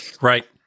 Right